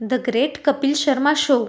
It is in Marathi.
the great Kapil Sharma show